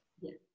Yes